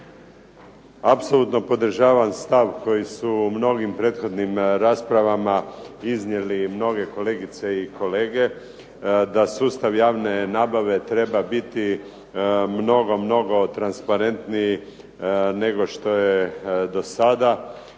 Apsolutno podržavam stav koji su u mnogim prethodnim raspravama iznijeli mnoge kolegice i kolege da sustav javne nabave treba biti mnogo, mnogo transparentniji nego što je dosada.